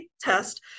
test